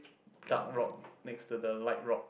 dark rock next to the light rock